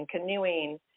canoeing